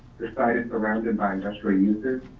this site is surrounded by industrial uses,